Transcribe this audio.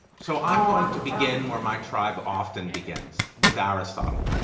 so i'm going to begin where my tribe often begins, with aristotle.